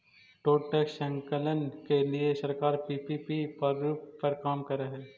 toll tax संकलन के लिए सरकार पीपीपी प्रारूप पर काम करऽ हई